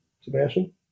Sebastian